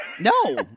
No